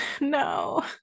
no